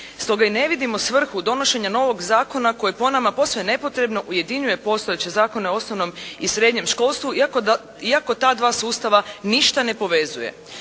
Stoga i ne vidimo svrhu donošenja novog zakona koji po nama posve nepotrebno ujedinjuje postojeće zakone o osnovnom i srednjem školstvu iako ta dva sustava ništa ne povezuje.